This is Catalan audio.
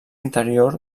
interior